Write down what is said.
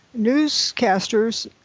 Newscasters